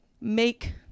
make